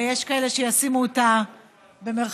ויש כאלה שישימו אותה במירכאות,